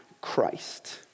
Christ